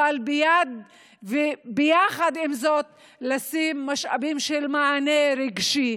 אבל יחד עם זה לשים משאבים של מענה רגשי,